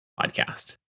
podcast